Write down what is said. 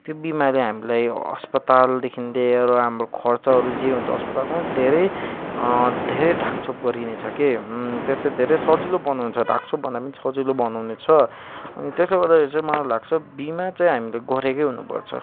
त्यो बिमाले हामीलाई अस्पतालदेखि लिएर हाम्रो खर्चहरू जे हुन्छ अस्पतालमा धेरै धेरै ढाकछोप गरिने छ के त्यसले धेरै सजिलो बनाउँछ ढाकछोप भन्दा पनि सजिलो बनाउनेछ अनि त्यसले गर्दाखेरि चाहिँ मलाई लाग्छ बिमा चाहिँ हामीले गरेकै हुनुपर्छ